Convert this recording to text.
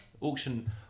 auction